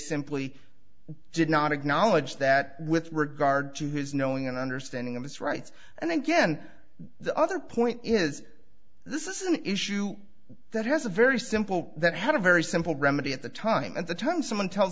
simply did not acknowledge that with regard to his knowing and understanding of his rights and then again the other point is this is an issue that has a very simple that had a very simple remedy at the time at the time someone tells